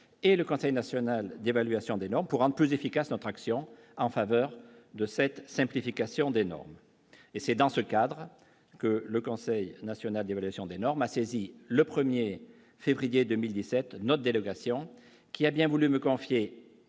et le conseil national d'évaluation des normes pour un plus efficace notre action en faveur de cette simplification des normes et c'est dans ce cadre que le Conseil national d'évaluation des normes a saisi le 1er février 2017 notre délégation qui a bien voulu me confier